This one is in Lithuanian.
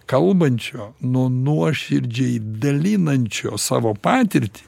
kalbančio nu nuoširdžiai dalinančio savo patirtį